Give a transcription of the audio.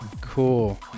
cool